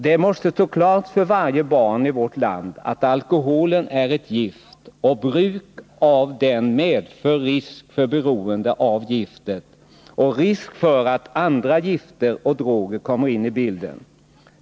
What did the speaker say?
Det måste stå klart för varje barn i vårt land att alkohol är ett gift och att bruk av alkohol medför risk för beroende av giftet och risk för att andra gifter och droger kommer in i bilden.